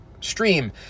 stream